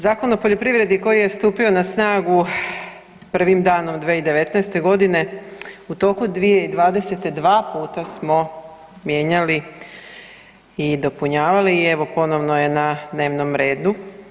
Zakon o poljoprivredi koji je stupio na snagu prvim danom 2019. godine u toku 2020. dva puta smo mijenjali i dopunjavali i evo ponovno je na dnevnom redu.